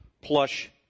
plush